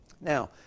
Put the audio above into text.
Now